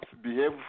behave